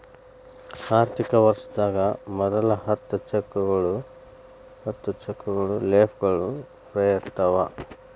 ಆರ್ಥಿಕ ವರ್ಷದಾಗ ಮೊದಲ ಹತ್ತ ಚೆಕ್ ಲೇಫ್ಗಳು ಫ್ರೇ ಇರ್ತಾವ